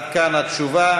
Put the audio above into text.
עד כאן התשובה.